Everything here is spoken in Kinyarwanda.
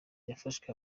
yafashwe